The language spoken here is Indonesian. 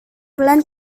pelan